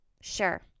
sure